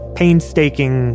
painstaking